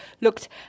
looked